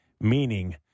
Meaning